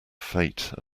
fate